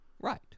Right